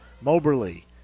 Moberly